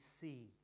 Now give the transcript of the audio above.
see